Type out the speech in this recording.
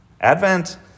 Advent